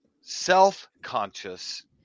self-conscious